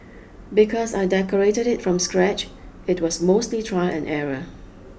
because I decorated it from scratch it was mostly trial and error